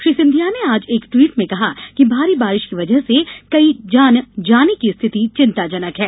श्री सिंधिया ने आज एक ट्वीट में कहा कि भारी बारिश की वजह से कई जान जाने की स्थिति विंताजनक है